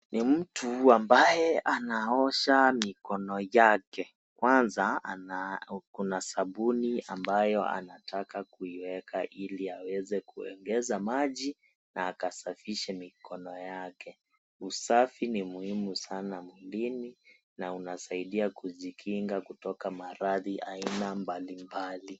Ni mtu ambaye anaosha mikono yake. Kwanza ako na sabuni ambayo anataka kuiweka ili aweze kuegeza maji na akasafishe mikono yake. Usafi ni muhimu sana mwilini na unasaidia kujikinga kutoka maradhi aina mbalimbali.